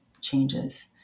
changes